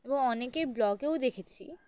এবং অনেকের ব্লগেও দেখেছি